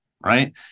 right